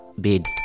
bid